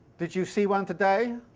did you see one today?